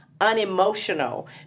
unemotional